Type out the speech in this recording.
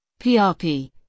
PRP